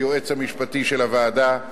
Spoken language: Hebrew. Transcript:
היועץ המשפטי של הוועדה,